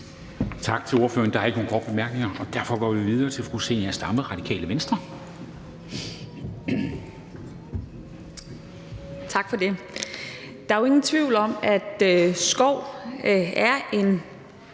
Tak til ordføreren. Der er ikke nogen korte bemærkninger, og derfor går vi videre til fru Zenia Stampe, Radikale Venstre. Kl. 11:41 (Ordfører) Zenia Stampe (RV):